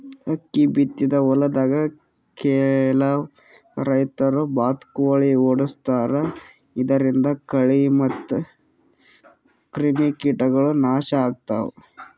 ಅಕ್ಕಿ ಬಿತ್ತಿದ್ ಹೊಲ್ದಾಗ್ ಕೆಲವ್ ರೈತರ್ ಬಾತ್ಕೋಳಿ ಓಡಾಡಸ್ತಾರ್ ಇದರಿಂದ ಕಳಿ ಮತ್ತ್ ಕ್ರಿಮಿಕೀಟಗೊಳ್ ನಾಶ್ ಆಗ್ತಾವ್